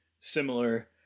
similar